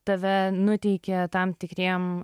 tave nuteikia tam tikriem